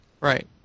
Right